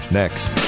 next